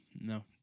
no